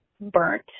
burnt